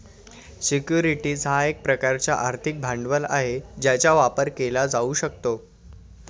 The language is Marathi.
सिक्युरिटीज हा एक प्रकारचा आर्थिक भांडवल आहे ज्याचा व्यापार केला जाऊ शकतो